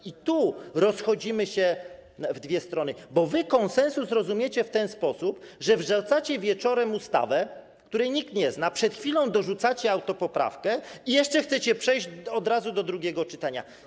I tu rozchodzimy się w dwie strony, bo wy konsensus rozumiecie w ten sposób, że wrzucacie wieczorem ustawę, której nikt nie zna, przed chwilą dorzucacie autopoprawkę i jeszcze chcecie przejść od razu do drugiego czytania.